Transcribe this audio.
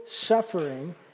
suffering